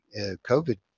COVID